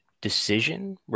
decision